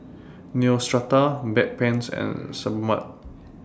Neostrata Bedpans and Sebamed